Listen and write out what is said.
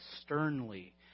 sternly